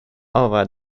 over